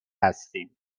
هستیم